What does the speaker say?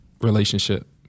relationship